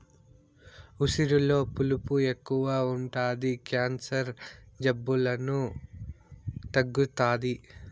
ఉసిరిలో పులుపు ఎక్కువ ఉంటది క్యాన్సర్, జలుబులను తగ్గుతాది